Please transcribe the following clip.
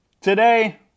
today